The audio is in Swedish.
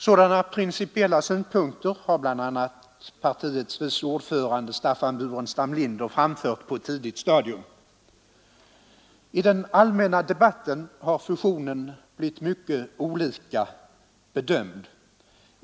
Sådana principiella synpunkter har bl.a. partiets vice ordförande, herr Burenstam Linder, framfört på ett tidigt stadium. I den allmänna debatten har fusionen blivit mycket olika bedömd.